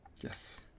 Yes